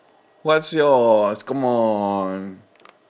what's yours come on